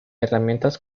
herramientas